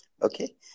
Okay